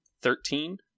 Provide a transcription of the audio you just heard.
Thirteen